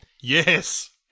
Yes